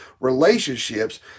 relationships